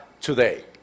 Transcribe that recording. today